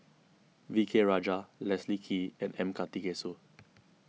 V K Rajah Leslie Kee and M Karthigesu